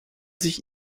sich